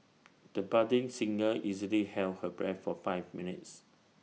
the budding singer easily held her breath for five minutes